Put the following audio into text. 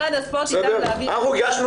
משרד הספורט ידאג להעביר --- אנחנו הגשנו